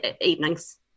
evenings